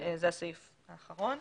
זה הסעיף האחרון.